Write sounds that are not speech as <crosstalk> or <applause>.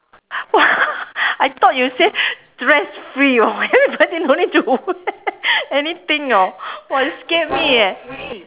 <laughs> I thought you say dress free [wor] <laughs> everybody no need to wear <laughs> anything [wor] !wah! you scare me eh